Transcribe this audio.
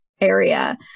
area